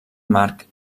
marc